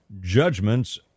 judgments